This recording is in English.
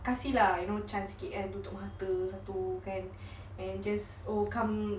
kasi lah you know chance sikit kan tutup mata satu kan and just orh come